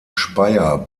speyer